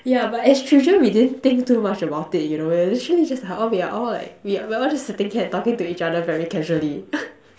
yeah but as children we didn't think too much about it you know we were literally just like oh we are all like we are all just sitting here and talking to each other very casually